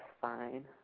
fine